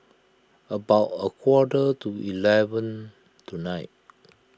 about a quarter to eleven tonight